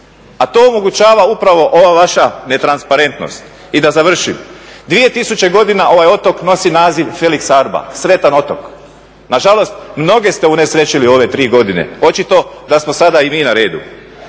a to omogućava upravo ova vaša netransparentnost. I da završim, 2000.godina ovaj otok nosi naziv "Felix Arba", Sretan otok, nažalost mnoge ste unesrećili u ove 3 godine, očito da smo sada i mi na redu.